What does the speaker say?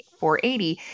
480